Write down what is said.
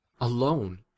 alone